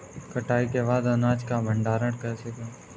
कटाई के बाद अनाज का भंडारण कैसे करें?